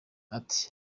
ati